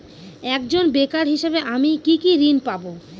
একজন বেকার হিসেবে আমি কি কি ঋণ পাব?